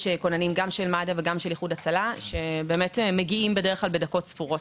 יש כוננים גם של מד"א וגם של איחוד הצלה שמגיעים בדרך כלל בדקות ספורות.